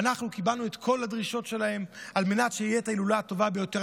ואנחנו קיבלנו את כל הדרישות שלהם על מנת שתהיה ההילולה הטובה ביותר.